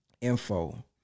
Info